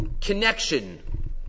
connection